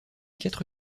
quatre